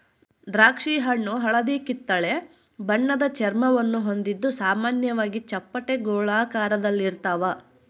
ದ್ರಾಕ್ಷಿಹಣ್ಣು ಹಳದಿಕಿತ್ತಳೆ ಬಣ್ಣದ ಚರ್ಮವನ್ನು ಹೊಂದಿದ್ದು ಸಾಮಾನ್ಯವಾಗಿ ಚಪ್ಪಟೆ ಗೋಳಾಕಾರದಲ್ಲಿರ್ತಾವ